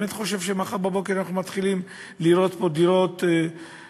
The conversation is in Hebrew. הוא באמת חושב שמחר בבוקר אנחנו מתחילים לראות פה דירות מיידיות,